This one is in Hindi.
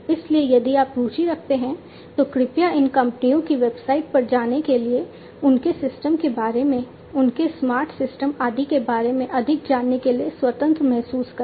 इसलिए यदि आप रुचि रखते हैं तो कृपया इन कंपनियों की वेबसाइट पर जाने के लिए उनके सिस्टम के बारे में उनके स्मार्ट सिस्टम आदि के बारे में अधिक जानने के लिए स्वतंत्र महसूस करें